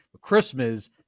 Christmas